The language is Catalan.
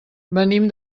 venim